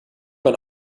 mein